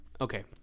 Okay